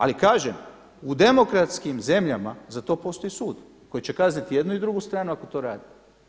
Ali kažem u demokratskim zemljama za to postoji sud koji će kazniti i jednu i drugu stranu ako to rade.